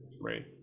Right